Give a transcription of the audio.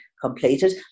completed